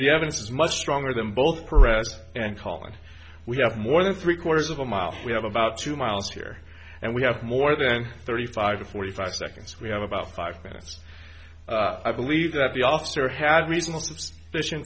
the evidence is much stronger than both caressed and calling we have more than three quarters of a mile we have about two miles here and we have more than thirty five to forty five seconds we have about five minutes i believe that the officer had reasons of fishing